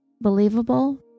Believable